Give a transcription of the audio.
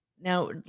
Now